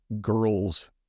girls